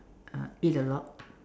uh eat a lot